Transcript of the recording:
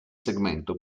segmento